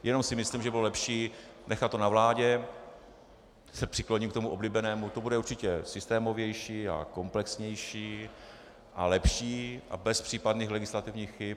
Jenom si myslím, že by bylo lepší nechat to na vládě teď se přikloním k tomu oblíbenému: to bude určitě systémovější a komplexnější a lepší a bez případných legislativních chyb.